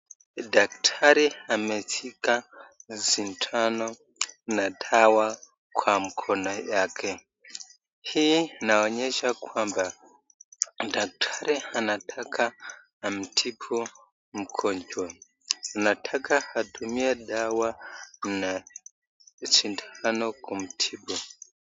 Daktari ameshika sindano na dawa kwa mkono yake. Hii inaonyesha kwamba daktari anataka amtibu mgonjwa. Anataka atumie dawa na sindano kumtibu.